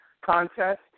Contest